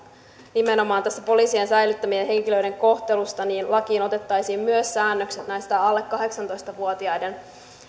nimenomaan tässä poliisin säilyttämien henkilöiden kohtelussa lakiin otettaisiin myös säännökset alle kahdeksantoista vuotiaiden